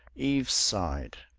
eve sighed.